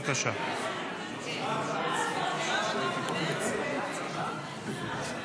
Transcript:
אלון שוסטר להציג את הצעת החוק.